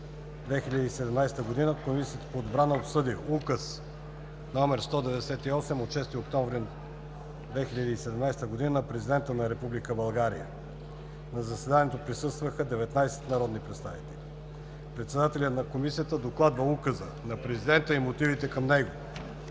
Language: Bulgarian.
2017 г., Комисията по отбрана обсъди Указ № 198 от 6 октомври 2017 г. на президента на Република България. На заседанието присъстваха 19 народни представители. Председателят на Комисията докладва Указа на президента и мотивите към него.